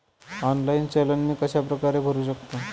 Online challan मी कशाप्रकारे भरु शकतो?